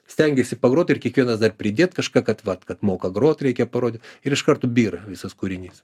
stengiasi pagrot ir kiekvienas dar pridėt kažką kad vat kad moka grot reikia parodyt ir iš karto byra visas kūrinys